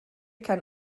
kein